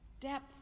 depth